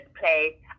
play